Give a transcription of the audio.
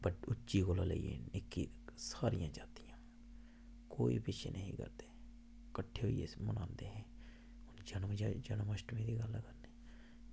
ते उच्ची कोला लेइयै नीची सारी जातियां कोई पिच्छें नेईं हे करदे किट्ठे होइयै करदे ओह् जन्मअष्टमी दी गल्ल